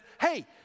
Hey